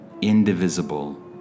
indivisible